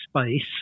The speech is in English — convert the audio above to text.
space